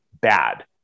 bad